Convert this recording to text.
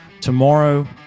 tomorrow